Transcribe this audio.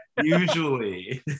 usually